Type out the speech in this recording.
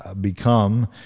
become